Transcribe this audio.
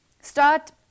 Start